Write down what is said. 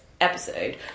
episode